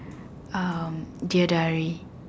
um dear diary